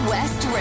West